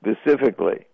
specifically